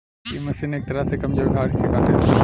इ मशीन एक तरह से कमजोर घास के काटेला